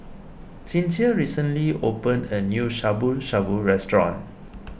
Sincere recently opened a new Shabu Shabu restaurant